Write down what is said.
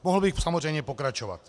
Mohl bych samozřejmě pokračovat.